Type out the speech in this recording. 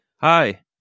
Hi